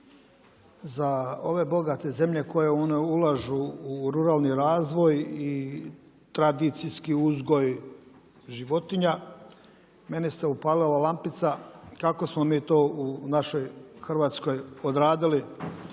za ove bogate zemlje koje ulažu u ruralni razvoj i tradicijski uzgoj životinja meni se upalila lampica kako smo mi to u našoj Hrvatskoj odradili